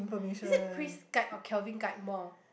is it Pris guide or Calvin guide more